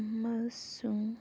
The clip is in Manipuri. ꯑꯃꯁꯨꯡ